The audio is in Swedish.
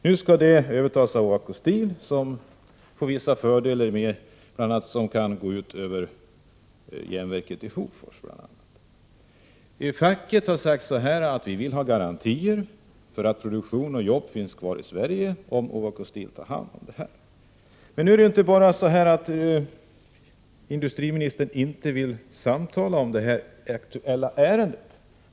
Nu skall dessa verksamheter övertas av Ovako Steel, som får vissa fördelar, något som bl.a. kan gå ut över järnverket i Hofors. Facket har sagt att man vill ha garantier för att produktion och jobb finns kvar i Sverige, om Ovako Steel tar hand om verksamheterna. Industriministern vill inte tala om det aktuella ärendet.